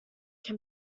can